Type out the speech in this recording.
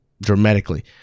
dramatically